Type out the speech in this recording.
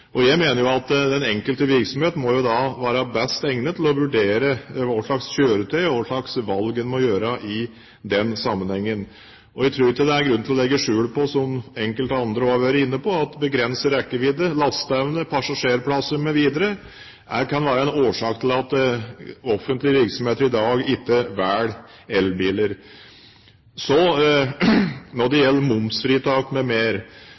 vurdere hva slags kjøretøy en skal velge i den sammenhengen. Jeg tror ikke det er grunn til å legge skjul på – som enkelte andre også har vært inne på – at begrenset rekkevidde, lasteevne, passasjerplasser mv. kan være årsaker til at offentlige virksomheter i dag ikke velger elbiler. Når det gjelder momsfritak m.m., er jeg ganske restriktiv, fordi jeg mener at momsfritak som ikke er begrunnet ut fra mer